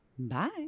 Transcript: Bye